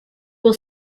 will